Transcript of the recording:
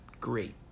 great